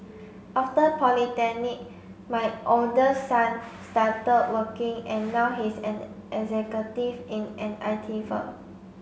after polytechnic my older son start working and now he's an executive in an I T firm